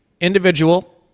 individual